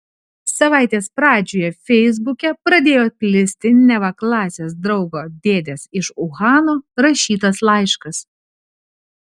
savaitės pradžioje feisbuke pradėjo plisti neva klasės draugo dėdės iš uhano rašytas laiškas